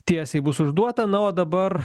tiesiai bus užduota na o dabar